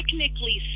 technically